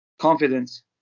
Confidence